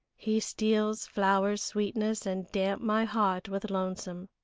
he steals flowers' sweetness and damp my heart with lonesome.